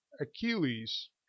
Achilles